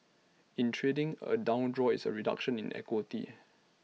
in trading A down draw is A reduction in equity